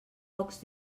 pocs